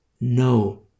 no